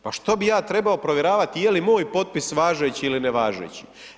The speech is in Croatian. Pa što bi ja trebao provjeravati je li moj potpis važeći ili ne važeći.